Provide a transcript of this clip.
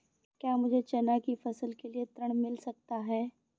क्या मुझे चना की फसल के लिए ऋण मिल सकता है?